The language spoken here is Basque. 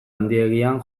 handiegian